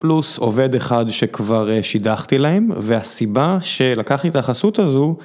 פלוס עובד אחד שכבר שידחתי להם, והסיבה שלקח לי את החסות הזו